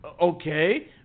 Okay